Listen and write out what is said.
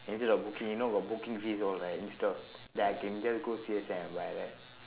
instead of booking you know got booking fees all right instead of then I can just go and buy right